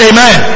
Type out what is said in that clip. Amen